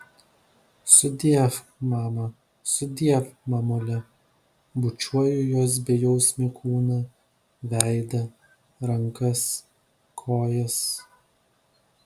sudiev mama sudiev mamule bučiuoju jos bejausmį kūną veidą rankas kojas